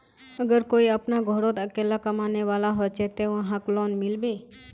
अगर कोई अपना घोरोत अकेला कमाने वाला होचे ते वहाक लोन मिलबे?